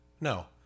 no